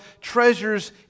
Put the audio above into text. treasures